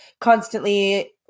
constantly